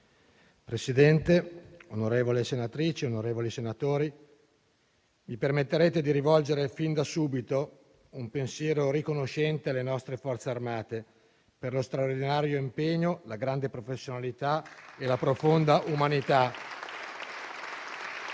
Presidente, onorevoli senatrici, onorevoli senatori, mi permetterete di rivolgere fin da subito un pensiero riconoscente alle nostre Forze armate per lo straordinario impegno, la grande professionalità e la profonda umanità